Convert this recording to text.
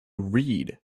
read